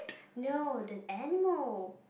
no the animal